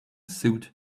suit